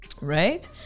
right